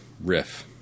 riff